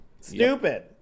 Stupid